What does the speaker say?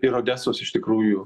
ir odesos iš tikrųjų